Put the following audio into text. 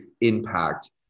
impact